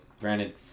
Granted